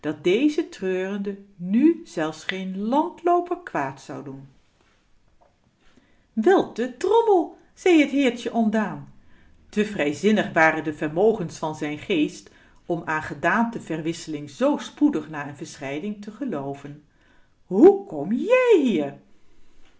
dat déze treurende nu zelfs geen landlooper kwaad zou doen wel te drommel zei het heertje ontdaan te vrijzinnig waren de vermogens van zijn geest om aan gedaante verwisseling z spoedig na een verscheiden te gelooven hoe kom jij hier